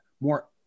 more